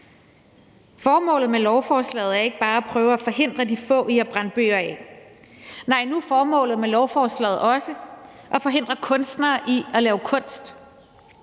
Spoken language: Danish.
Formålet med lovforslaget er ikke bare at prøve at forhindre de få i at brænde bøger af. Nej, nu er formålet med lovforslaget også at forhindre kunstnere i at lave kunst.